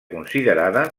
considerada